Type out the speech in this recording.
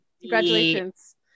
congratulations